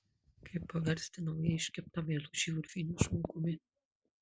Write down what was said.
kaip paversti naujai iškeptą meilužį urviniu žmogumi